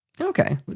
Okay